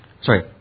sorry